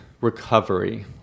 recovery